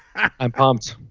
i'm pumped.